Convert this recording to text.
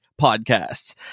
podcasts